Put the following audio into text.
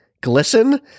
glisten